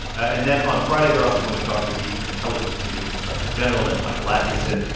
and then on friday, they're also going to talk to the intelligence community inspector general. that's michael atkinson.